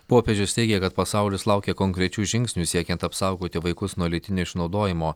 popiežius teigia kad pasaulis laukia konkrečių žingsnių siekiant apsaugoti vaikus nuo lytinio išnaudojimo